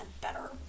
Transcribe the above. better